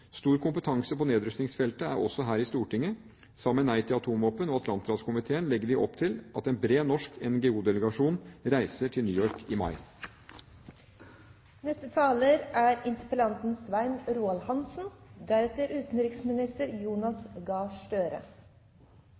Stor kompetanse på nedrustningsfeltet er det også her i Stortinget. Sammen med Nei til Atomvåpen og Atlanterhavskomiteen legger vi opp til at en bred norsk NGO-delegasjon reiser til New York i